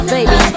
Baby